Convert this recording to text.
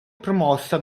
promossa